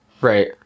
Right